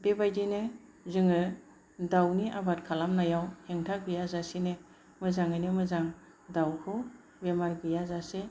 बेबायदिनो जोङो दाउनि आबाद खालामनायाव हेंथा गैयाजासेनो मोजाङैनो मोजां दाउखौ बेमार गैयाजासे